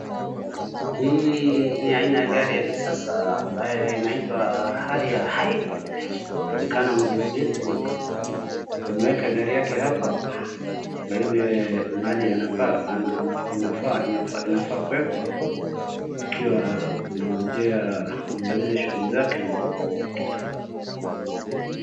Hii ni aina ya gari ya kisasa ambayo inaitwa Harrier hybrid, inaonekana mkubwa wetu ameweka gari yake hapo, kwa ile mahali anafaa, inafaa, inafaa kuwekwa, akiwa anangojea amalize shughuli zake akitoka.